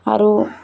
ଆରୁ